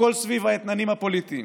הכול סביב האתננים הפוליטיים.